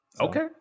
Okay